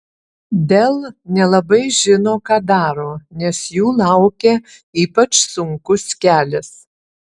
dell nelabai žino ką daro nes jų laukia ypač sunkus kelias